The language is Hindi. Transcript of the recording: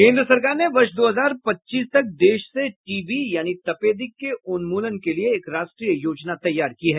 केन्द्र सरकार ने वर्ष दो हजार पच्चीस तक देश से टीबी यानी तपेदिक के उन्मूलन के लिए एक राष्ट्रीय योजना तैयार की है